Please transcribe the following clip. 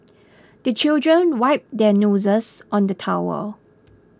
the children wipe their noses on the towel